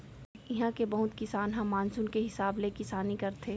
इहां के बहुत किसान ह मानसून के हिसाब ले किसानी करथे